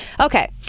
Okay